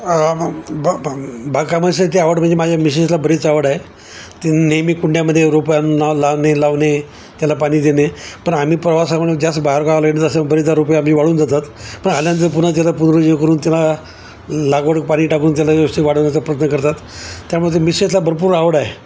म म ब ब बागकामाचे ती आवड म्हणजे माझ्या मिसेसला बरीच आवड आहे ती नेहमी कुंड्यामध्ये रोप आणून न लावणे लावणे त्याला पाणी देणे पण आम्ही प्रवासाला म्हणून जास्त बाहेर गावाला आहे तसं बरीच रोपे अगदी वाळून जातात पण आल्यानंतर पुन्हा त्याला पुनरुज्जीवन करून त्याला लागवड पाणी टाकून त्याला व्यवस्थित वाढवण्याचा प्रयत्न करतात त्यामुळे ते मिशेसला भरपूर आवड आहे